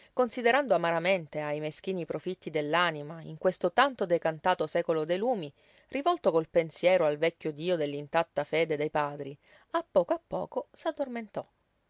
considerando amaramente ai meschini profitti dell'anima in questo tanto decantato secolo dei lumi rivolto col pensiero al vecchio dio dell'intatta fede dei padri a poco a poco s'addormentò